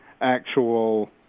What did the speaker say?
actual